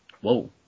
Whoa